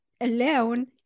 alone